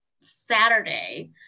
Saturday